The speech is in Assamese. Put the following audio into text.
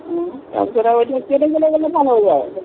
অঁ তাৰপিছত আৰু এতিয়া কেতিয়াকৈ গ'লে ভাল হ'ব বাৰু